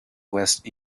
west